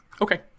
Okay